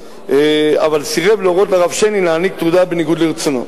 אבל סירב להורות לרב שיינין להעניק תעודה בניגוד לרצונו.